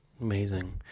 Amazing